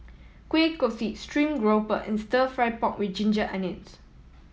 kueh kosui stream grouper and Stir Fry pork with ginger onions